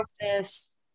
process